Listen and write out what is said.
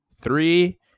three